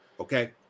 Okay